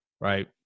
right